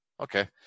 Okay